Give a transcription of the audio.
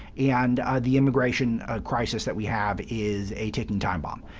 and the immigration crisis that we have is a ticking time bomb.